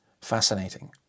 Fascinating